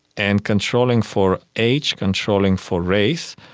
and controlling for age, controlling for race,